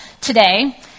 today